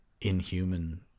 inhuman